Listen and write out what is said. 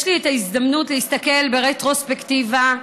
יש לי הזדמנות להסתכל ברטרוספקטיבה,